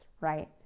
right